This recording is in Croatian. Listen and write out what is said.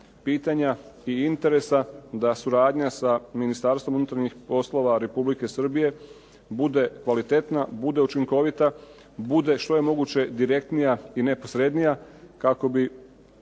pitanja i interesa da suradnja sa Ministarstvom unutarnjih poslova Republike Srbije bude kvalitetna, bude učinkovita, bude što je moguće direktnija i neposrednija kako bi